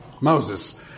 Moses